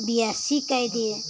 B S C कर दिए